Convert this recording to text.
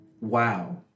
wow